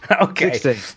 Okay